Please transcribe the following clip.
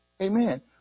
Amen